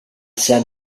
san